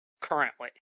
currently